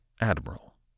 Admiral